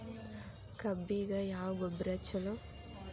ಕಬ್ಬಿಗ ಯಾವ ಗೊಬ್ಬರ ಛಲೋ?